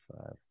five